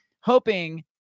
hoping